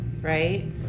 Right